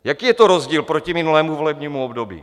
Jaký je to rozdíl proti minulému volebnímu období?